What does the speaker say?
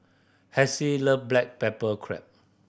Hassie love black pepper crab